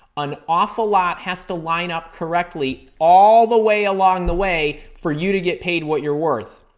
an awful lot has to line up correctly all the way along the way for you to get paid what you're worth.